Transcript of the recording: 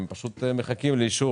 הם פשוט מחכים לאישור,